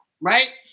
right